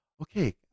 okay